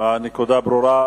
הנקודה ברורה.